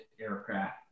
aircraft